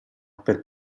per